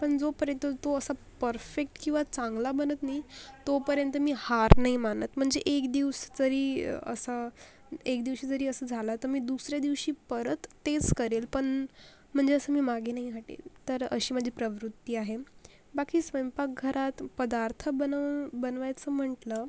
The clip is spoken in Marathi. पण जोपर्यंत तो असा परफेक्ट किंवा चांगला बनत नाही तोपर्यंत मी हार नाही मानत म्हणजे एक दिवस जरी असा एक दिवशी जरी असं झालं तर मी दुसऱ्या दिवशी परत तेच करेल पण म्हणजे असं मी मागे नाही हटेन तर अशी माझी प्रवृत्ती आहे बाकी स्वयंपाकघरात पदार्थ बनव बनवायचं म्हटलं